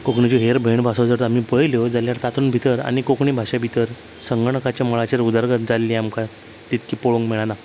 कोंकणीच्यो हेर भयण भासो जर आमी पळयल्यो जाल्यार तातूंत भितर आनी कोंकणी भाशे भितर संगणकाचे मळाचेर उदरगत जाल्ली आमकां तितकी पळोवंक मेळना